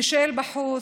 מישל בחות',